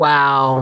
Wow